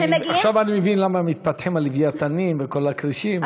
עכשיו אני מבין למה מתפתחים הלווייתנים וכל הכרישים.